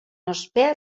ospea